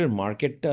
market